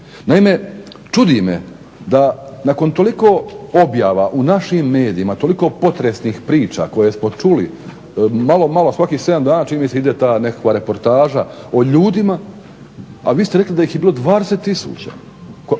Naime, čudi me da nakon toliko objava u našim medijima, toliko potresnih priča koje smo čuli, malo malo svakih 7 dana čini mi se ide ta nekakva reportaža o ljudima, a vi ste rekli da ih je bilo 20